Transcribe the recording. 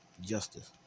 Justice